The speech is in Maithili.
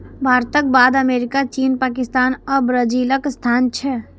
भारतक बाद अमेरिका, चीन, पाकिस्तान आ ब्राजीलक स्थान छै